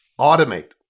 automate